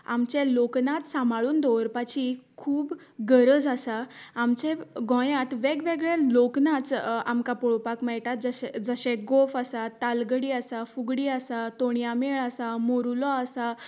आमचे लोकनाच सांबाळून दवरपाची खूब गरज आसा आमचे गोंयात वेगवेगळे लोकनाच आमकां पळोवपाक मेळटात जशे जशे गोफ आसात तालगडी आसा फुगडी आसा तोणयां मेळ आसा मोरूलो आसा